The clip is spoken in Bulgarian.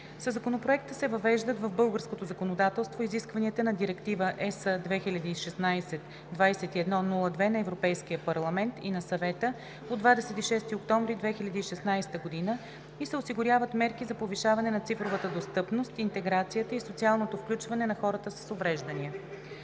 Със Законопроекта се въвеждат в българското законодателство изискванията на Директива (ЕС) 2016/2102 на Европейския парламент и на Съвета от 26 октомври 2016 г. и се осигуряват мерки за повишаване на цифровата достъпност, интеграцията и социалното включване на хората с увреждания.